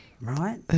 right